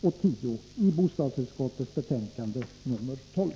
och 10i bostadsutskottets betänkande nr 12.